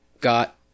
got